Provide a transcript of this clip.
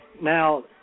Now